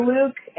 Luke